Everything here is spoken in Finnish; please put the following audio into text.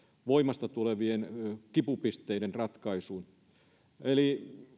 voimasta tulevien kipupisteiden ratkaisuja eli